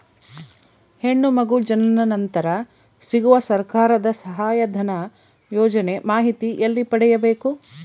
ಹೆಣ್ಣು ಮಗು ಜನನ ನಂತರ ಸಿಗುವ ಸರ್ಕಾರದ ಸಹಾಯಧನ ಯೋಜನೆ ಮಾಹಿತಿ ಎಲ್ಲಿ ಪಡೆಯಬೇಕು?